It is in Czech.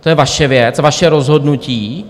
To je vaše věc, vaše rozhodnutí.